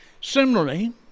Similarly